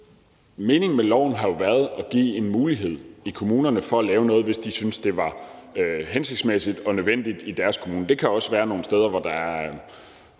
meningen med loven jo har været at give en mulighed i kommunerne for at lave noget, hvis de syntes, det var hensigtsmæssigt og nødvendigt i deres kommune. Det kan også være nogle steder, hvor der er